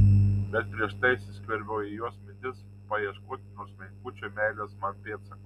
bet prieš tai įsiskverbiau į jos mintis paieškoti nors menkučio meilės man pėdsako